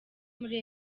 muri